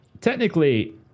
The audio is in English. Technically